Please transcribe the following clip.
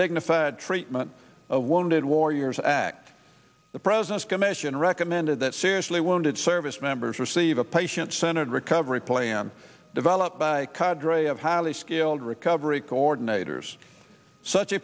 dignified treatment of wounded warriors act the president's commission recommended that seriously wounded service members receive a patient centered recovery plan developed by qadri of highly skilled recovery coordinators such a